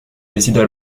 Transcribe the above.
décident